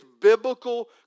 biblical